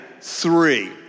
three